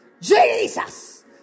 Jesus